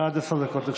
עד עשר דקות לרשותך.